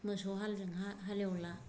मोसौ हालजोंहा हालेवला